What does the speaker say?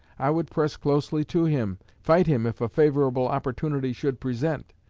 i would press closely to him, fight him if a favorable opportunity should present,